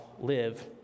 live